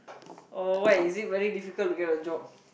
oh what is it very difficult to get a job